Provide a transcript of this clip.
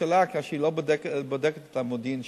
ממשלה כאשר היא לא בודקת את המודיעין שלה?